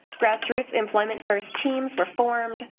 grassroots employment first teams were formed,